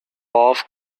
off